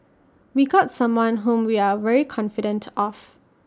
we got someone whom we are very confident of